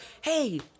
hey –